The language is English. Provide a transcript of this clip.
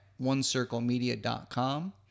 OneCircleMedia.com